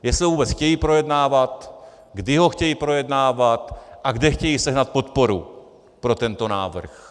Jestli to vůbec chtějí projednávat, kdy ho chtějí projednávat a kde chtějí sehnat podporu pro tento návrh.